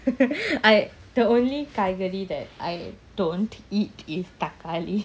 hehe I the only காய்கறி:kaikari that I don't eat is thakkali